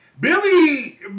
Billy